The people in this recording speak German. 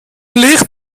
licht